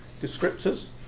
descriptors